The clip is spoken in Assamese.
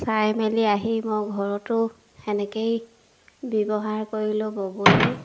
চাই মেলি আহি মই ঘৰতো সেনেকৈয়ে ব্যৱহাৰ কৰিলোঁ ব'বলৈ